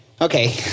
Okay